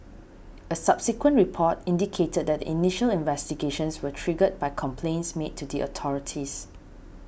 a subsequent report indicated that initial investigations were triggered by complaints made to the authorities